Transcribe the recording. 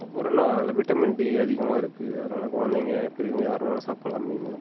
அப்புறோன்னா அதில் vitamin D அதிகமாக இருக்குது அதனால் குழந்தைங்க பெரியவங்க யார் வேணாலும் சாப்பிடலாம் மீன்